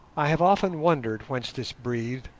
i have often wondered whence this breed,